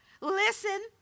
listen